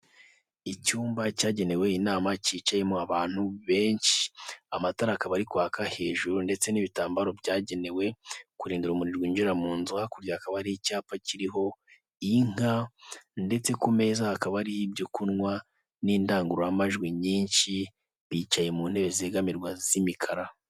Icyumba cyagenewe inama cyicayemo abantu benshi amatara akaba ari kwaka hejuru ndetse n'ibitambaro byagenewe kurinda urumuri rwinjira mu nzu hakurya hakaba hari icyapa kiriho inka ndetse ku meza hakaba hariho ibyo kunywa n'indangururamajwi nyinshi bicaye mu ntebe zegamirwa z'imikara.